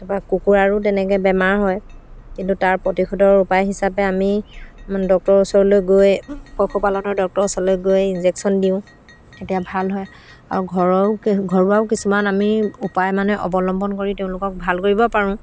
তাপা কুকুৰাৰো তেনেকে বেমাৰ হয় কিন্তু তাৰ প্ৰতিশোধৰ উপায় হিচাপে আমি ডক্টৰৰ ওচৰলৈ গৈ পশুপালনৰ ডক্টৰ ওচৰলৈ গৈ ইঞ্জেকশ্যন দিওঁ তেতিয়া ভাল হয় আৰু ঘৰৰো কে ঘৰুৱাও কিছুমান আমি উপায় মানে অৱলম্বন কৰি তেওঁলোকক ভাল কৰিব পাৰোঁ